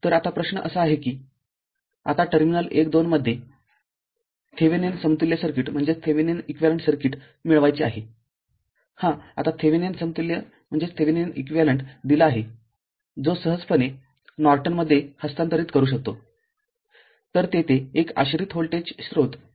तर आता प्रश्न असा आहे की आता टर्मिनल १ २ मध्ये थेविनिन समतुल्य सर्किट मिळवायचे आहे हा आता थेविनिन समतुल्य दिला आहेजो सहजपणे नॉर्टनमध्ये हस्तांतरित करू शकतो